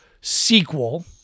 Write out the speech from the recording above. sequel